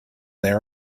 there